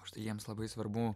užtai jiems labai svarbu